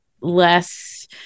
less